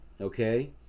okay